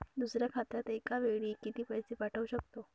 दुसऱ्या खात्यात एका वेळी किती पैसे पाठवू शकतो?